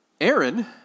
Aaron